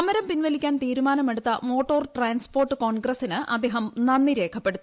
സമരം പിൻവലിക്കാൻ തീരുമാനമെടുത്ത മോട്ടോർ ട്രാൻസ്പോർട്ട് കോൺഗ്രസിന് അദ്ദേഹം നന്ദി രേഖപ്പെടുത്തി